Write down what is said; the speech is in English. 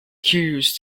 curious